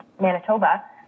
Manitoba